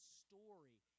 story